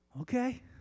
Okay